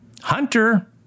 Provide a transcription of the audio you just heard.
Hunter